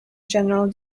general